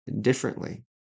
differently